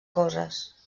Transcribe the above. coses